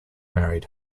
married